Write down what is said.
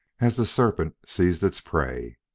as the serpent seized its prey.